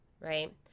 right